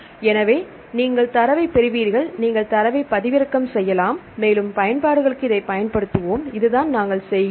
எனவே நீங்கள் தரவைப் பெறுவீர்கள் நீங்கள் தரவைப் பதிவிறக்கம் செய்யலாம் மேலும் பயன்பாடுகளுக்கு இதைப் பயன்படுத்துவோம் இதுதான் நாங்கள் செய்கிறோம்